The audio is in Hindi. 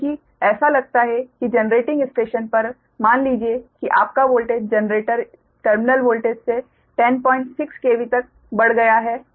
क्योंकि ऐसा लगता है कि जनरेटिंग स्टेशन पर मान लीजिए कि आपका वोल्टेज जनरेटर टर्मिनल वोल्टेज से 106 kV तक बढ़ गया है